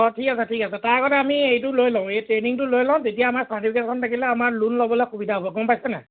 অঁ ঠিক আছে ঠিক আছে তাৰ আগতে আমি এইটো ল'য় লওঁ এই ট্ৰেইনিংটো ল'য় লওঁ তেতিয়া আমাৰ খন থাকিলে আমাৰ লোন ল'বলৈ সুবিধা হ'ব গম পাইছেনে